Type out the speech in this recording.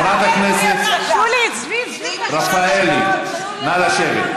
שולי, חברת הכנסת רפאלי, נא לשבת.